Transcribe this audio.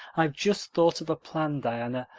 i've just thought of a plan, diana.